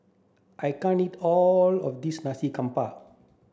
I can't eat all of this Nasi Campur